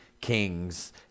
kings